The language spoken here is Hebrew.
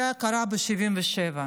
זה קרה ב-77'.